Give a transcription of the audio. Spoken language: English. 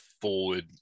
forward